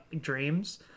dreams